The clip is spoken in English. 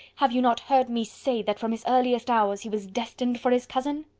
have you not heard me say that from his earliest hours he was destined for his cousin?